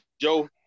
Joe